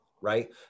right